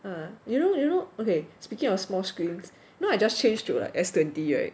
ah you know you know okay speaking of small screens you know I just change to like s twenty [right]